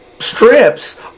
strips